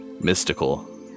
mystical